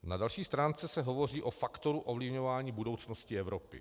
Na další stránce se hovoří o faktoru ovlivňování budoucnosti Evropy.